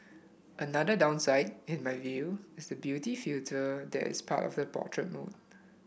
another downside in my view is the beauty filter that is part of the portrait mode